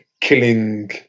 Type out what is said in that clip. killing